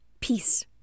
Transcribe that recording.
Peace